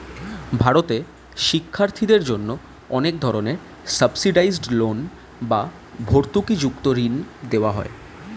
ভারতে শিক্ষার্থীদের জন্য অনেক ধরনের সাবসিডাইসড লোন বা ভর্তুকিযুক্ত ঋণ দেওয়া হয়